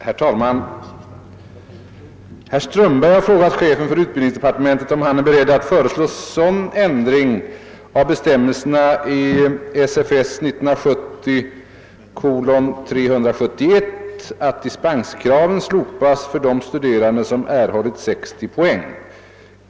Herr talman! Herr Strömberg har frågat chefen för utbildningsdepartementet om han är beredd föreslå sådan ändring av bestämmelserna i SFS 1970: 371 att dispenskraven slopas för de studerande som. erhållit 60 poäng.